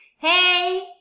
Hey